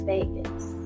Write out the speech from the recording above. Vegas